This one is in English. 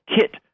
kit